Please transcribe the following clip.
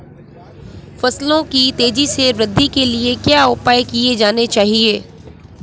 फसलों की तेज़ी से वृद्धि के लिए क्या उपाय किए जाने चाहिए?